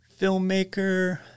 Filmmaker